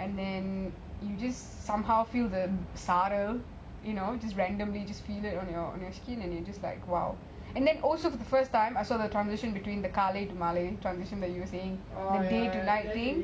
I will go to the fountain then somehow feel the சாரல்:saaral then just random pictures and feel it on your skin !wow! and the first time I saw the transition between the காலை:kaalai to மாலை:maalai the day to night thing